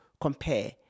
compare